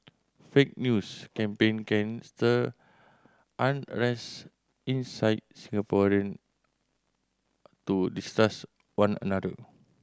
fake news campaign can stir unrest incite Singaporean to distrust one another